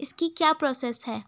इसकी क्या प्रोसेस है?